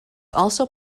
also